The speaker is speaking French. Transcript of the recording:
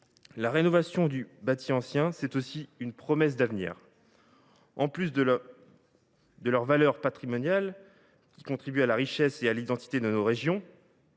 La rénovation du bâti ancien offre également une promesse d’avenir. En plus de leur valeur patrimoniale, qui contribue à la richesse et à l’identité de nos régions,